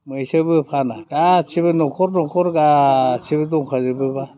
मैसोबो फाना गासैबो न'खर न'खर गासैबो दंखाजोबोबा